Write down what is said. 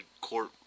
court